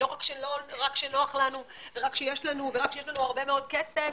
היא לא רק כשנוח לנו ורק כשיש לנו ורק כשיש לנו הרבה מאוד כסף.